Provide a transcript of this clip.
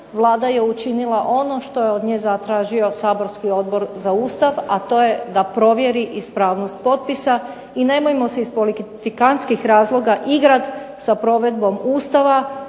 Vlada je učinila ono što je od nje zatražio saborski Odbor za Ustav, a to je da provjeri ispravnost potpisa. I nemojmo se iz politikantskih razloga igrati sa provedbom Ustava,